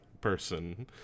person